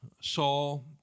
Saul